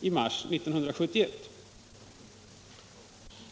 i mars 1971.